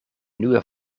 nieuwe